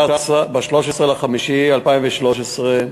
ב-13 במאי 2013,